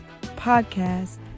Podcast